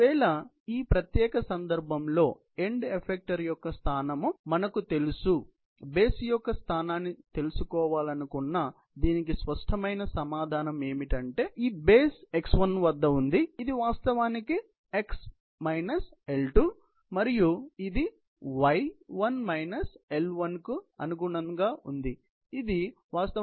ఒకవేళ ఈ ప్రత్యేక సందర్భంలో ఎండ్ ఎఫెక్టర్ యొక్క స్థానం మాకు తెలుసు బేస్ యొక్క స్థానాన్ని తెలుసుకోవాలనుకున్న దీనికి స్పష్టమైన సమాధానం ఏమిటంటే బేస్ x1 వద్ద ఉంది ఇది వాస్తవానికి x L2 మరియు ఇది y 1 L1 కు అనుగుణంగా ఉంది ఇది వాస్తవానికి y L3 L1